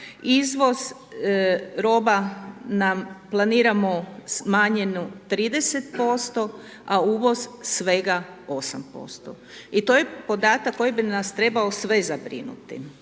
izvoz roba nam, planiramo smanjenu 30%, a uvoz svega 8%. I to je podatak koji bi nas trebao sve zabrinuti.